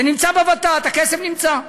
זה נמצא בוות"ת, הכסף נמצא.